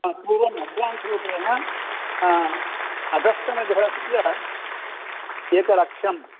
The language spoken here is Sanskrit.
ह पूर्वं एड्वांस्रूपेण अधस्तन गृहस्य एकलक्षं